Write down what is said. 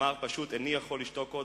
הוא אמר פשוט: איני יכול לשתוק עוד